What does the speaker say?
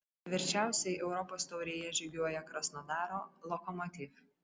tvirčiausiai europos taurėje žygiuoja krasnodaro lokomotiv